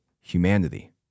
humanity